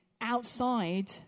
outside